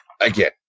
Again